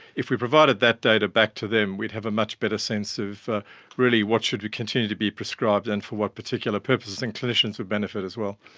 if we provided that data back to them we'd have a much better sense of really what should be continued to be prescribed and for what particular purposes, then and clinicians would benefit as well.